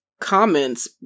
comments